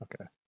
Okay